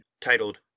titled